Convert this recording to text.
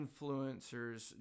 influencers